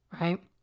right